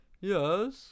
Yes